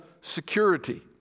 security